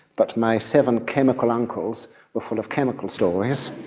but my seven chemical uncles were full of chemical stories,